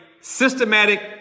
systematic